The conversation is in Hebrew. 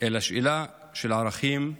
אלא שאלה של ערכים,